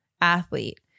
athlete